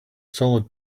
solid